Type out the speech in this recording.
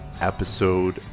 episode